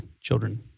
children